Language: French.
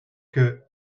que